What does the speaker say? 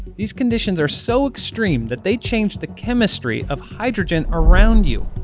these conditions are so extreme that they change the chemistry of hydrogen around you.